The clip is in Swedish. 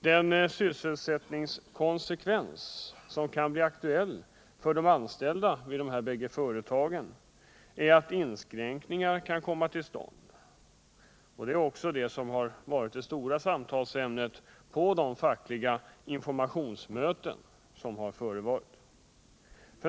Den sysselsättningskonsekvens som kan bli aktuell för de anställda vid de bägge företagen är att inskränkningar kan komma till stånd. Det är också det som varit det stora samtalsämnet på de fackliga informationsmöten som hållits.